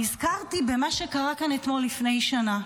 נזכרתי במה שקרה כאן אתמול לפני שנה.